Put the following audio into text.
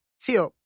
Tip